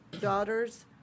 daughters